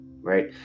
right